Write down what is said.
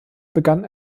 begann